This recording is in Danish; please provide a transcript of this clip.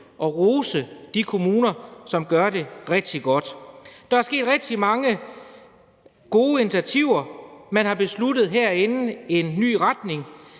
at rose de kommuner, som gør det rigtig godt. Der har været rigtig mange gode initiativer. Man har herinde besluttet sig for en ny retning.